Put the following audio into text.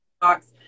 box